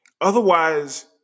Otherwise